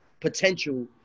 Potential